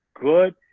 good